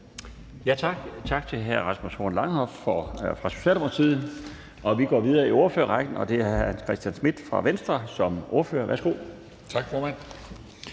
Tak til hr. Rasmus Horn Langhoff fra Socialdemokratiet. Vi går videre i ordførerrækken, og det er hr. Hans Christian Schmidt fra Venstre som ordfører. Værsgo. Kl.